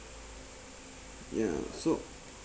ya so